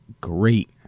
great